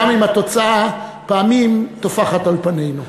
גם אם התוצאה פעמים טופחת על פנינו.